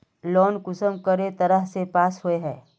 Loan कुंसम करे तरह से पास होचए?